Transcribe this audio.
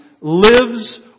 lives